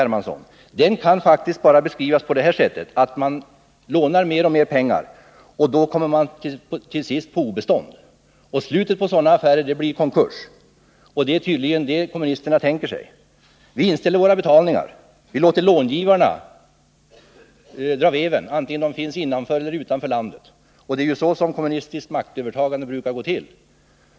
Hermansson, kan faktiskt bara beskrivas på det här sättet: Man lånar mer och mer pengar, och då kommer man till sist på obestånd. Slutet på sådana affärer blir konkurs. Det är tydligen det kommunisterna tänker sig. Vi inställer våra betalningar. Vi låter långivarna dra veven, vare sig de finns innanför eller utanför landet. Det är ju så som ett kommunistiskt maktövertagande brukar gå till.